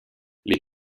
les